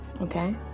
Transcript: Okay